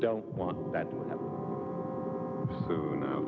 don't want that for no